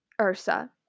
Ursa